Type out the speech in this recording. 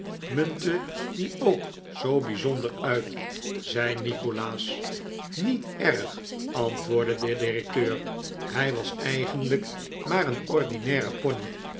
muntte die ook zoo bijzonder uit zei nikolaas niet erg antwoordde de directeur hij was eigenlijk maar een ordinaire pony